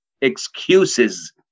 Excuses